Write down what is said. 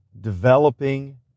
developing